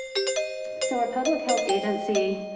so our public health agency,